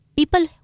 people